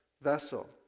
vessel